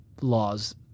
laws